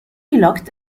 looked